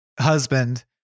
husband